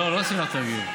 זה השבוע האחרון של ההצבעות.